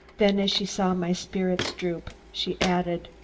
then as she saw my spirits droop, she added,